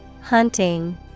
Hunting